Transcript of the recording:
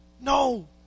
No